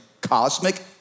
cosmic